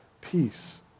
peace